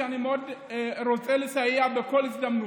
שאני מאוד רוצה לסייע בכל הזדמנות,